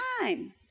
time